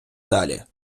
далі